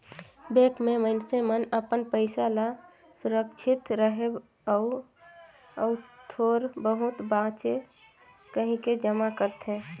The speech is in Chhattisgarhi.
बेंक में मइनसे मन अपन पइसा ल सुरक्छित रहें अउ अउ थोर बहुत बांचे कहिके जमा करथे